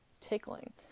tickling